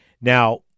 Now